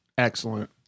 Excellent